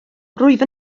rwyf